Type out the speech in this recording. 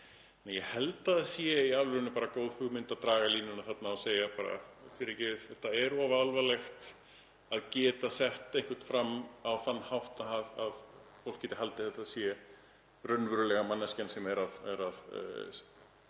Ég held að það sé í alvörunni bara góð hugmynd að draga línuna þarna og segja bara: Fyrirgefið, það er of alvarlegt að geta sett einhvern fram á þann hátt að fólk geti haldið að þetta sé raunverulega manneskjan sem er þarna